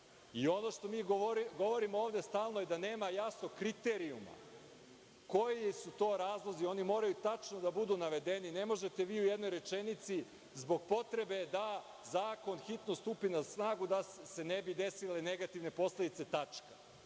I ono što mi govorimo ovde stalno je da nema jasnog kriterijuma koji su to razlozi. Oni moraju tačno da budu navedeni. Ne možete vi u jednoj rečenici zbog potrebe da zakon hitno stupi na snagu da se ne bi desile negativne posledice tačka.